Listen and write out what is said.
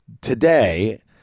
today